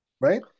right